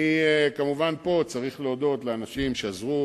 פה אני צריך להודות כמובן לאנשים שעזרו,